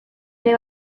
ere